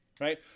right